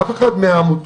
אף אחת מהעמותות,